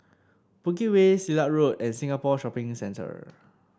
Bukit Way Silat Road and Singapore Shopping Centre